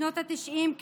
בשנות התשעים,